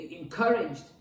encouraged